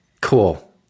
Cool